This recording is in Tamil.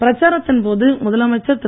பிரச்சாரத்தின் போது முதலமைச்சர் திரு